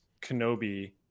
Kenobi